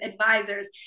Advisors